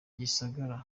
gisagara